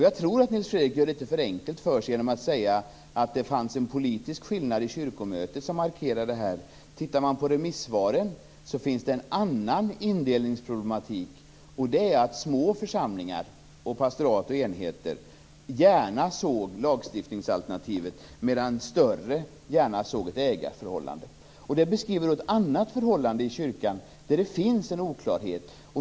Jag tror att Nils Fredrik Aurelius gör det litet för enkelt för sig genom att säga att det fanns en politisk skillnad i kyrkomötet som markerade det här. I remissvaren finns det en annan indelningsproblematik, och det är att små församlingar, pastorat och enheter, gärna såg lagstiftningsalternativet, medan större gärna såg ett ägarförhållande. Det beskriver något annat förhållande i kyrkan där det finns en oklarhet.